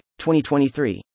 2023